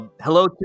hello